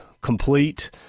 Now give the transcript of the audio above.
complete